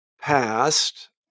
past